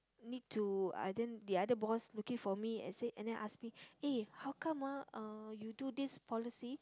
need to uh then the other boss looking for me and say and then ask me eh how come ah you do this policy